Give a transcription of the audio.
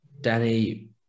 Danny